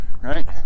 right